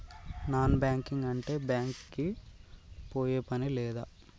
Non banking అంటే bank కి పోయే పని లేదా?